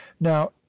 now